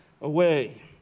away